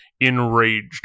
enraged